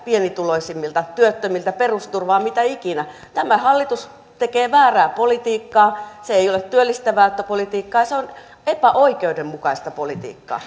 pienituloisimmilta työttömiltä perusturvaa mitä ikinä tämä hallitus tekee väärää politiikkaa se ei ole työllistävää politiikkaa ja se on epäoikeudenmukaista politiikkaa